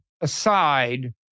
aside